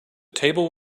table